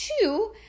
two